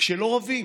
כשלא רבים